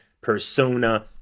persona